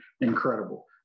incredible